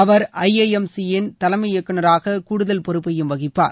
our I I M C யின் தலைமை இயக்குநராக கூடுதல் பொறுப்பையும் வகிப்பார்